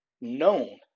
known